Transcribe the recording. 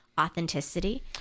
authenticity